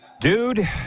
Dude